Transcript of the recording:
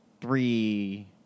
three